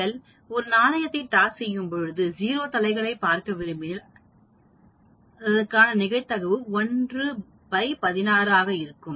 நீங்கள் ஒரு நாணயத்தை டாஸ் செய்யும் போது 0 தலைகளைப் பார்க்க விரும்பினால் 4நிகழ்தகவு 116 ஆக இருக்கும்